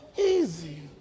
easy